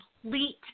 complete